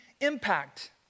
impact